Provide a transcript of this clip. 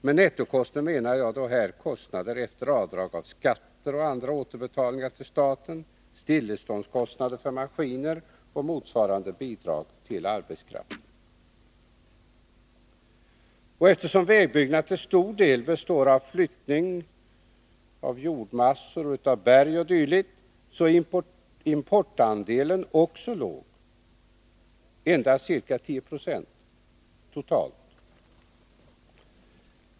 Med nettokostnad menar jag här kostnaden efter avdrag av skatter och andra återbetalningar till staten, stilleståndskostnad för maskiner och motsvarande bidrag till friställd arbetskraft. Eftersom vägbyggnad till stor del består i flyttning av berg, jord och dylikt, är importandelen också låg, endast ca 10 26 totalt.